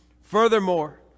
Furthermore